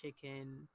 chicken